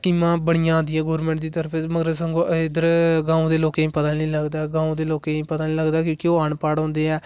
स्किमा बड़ियां आंदियां गवर्नमेंट कोल गवर्नमेंट दी तरफा इद्धर गांव दे लोकें गी पता नेईं लगदा ऐ गांव दे लोकें गी पता नेंई लगदा कि ओह् अनपढ होंदे